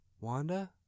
Wanda